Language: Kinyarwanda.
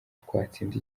twatsinda